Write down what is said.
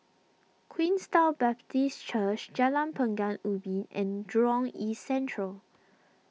Queenstown Baptist Church Jalan Pekan Ubin and Jurong East Central